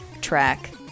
track